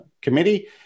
committee